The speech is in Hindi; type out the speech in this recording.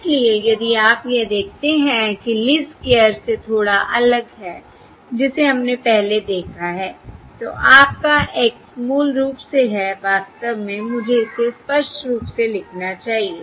इसलिए यदि आप यह देखते हैं कि लिस्ट स्क्वायर से थोड़ा अलग है जिसे हमने पहले देखा है तो आपका X मूल रूप से है वास्तव में मुझे इसे स्पष्ट रूप से लिखना चाहिए